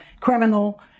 criminal